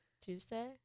Tuesday